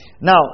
Now